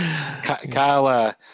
Kyle